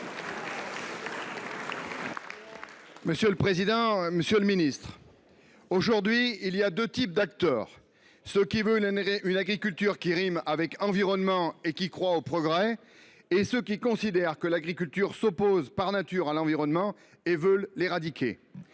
alimentaire. Monsieur le ministre, il y a aujourd’hui deux types d’acteurs : ceux qui veulent une agriculture qui rime avec environnement et qui croient au progrès, et ceux qui considèrent que l’agriculture s’oppose, par nature, à l’environnement et veulent l’éradiquer.